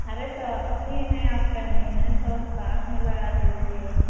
अरे तो अस्सी मे आप कह रही है तो साठ में लगा दीजिए